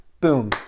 Boom